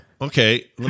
okay